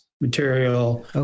material